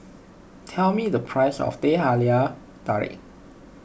tell me the price of Teh Halia Tarik